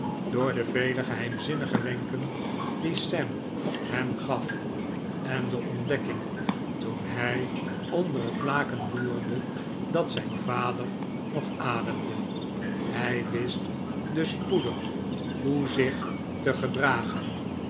door de vele geheimzinnige wenken die sam hem gaf en de ontdekking toen hij onder het laken loerde dat zijn vader nog ademde hij wist dus spoedig hoe zich te gedragen